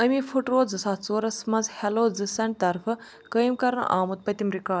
أمہِ پھٕٹرو زٕ ساس ژورَس منٛز ہٮ۪لو زٕ سَنٛڈ طرفہٕ قٲیم کَرنہٕ آمُت پٔتِم رِکا